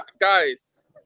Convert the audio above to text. Guys